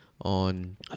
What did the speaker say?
on